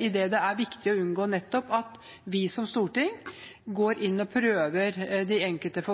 siden det er viktig å unngå at vi som storting går inn og prøver de enkelte